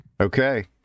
Okay